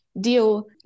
deal